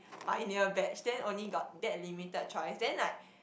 pioneer batch then only got that limited choice then like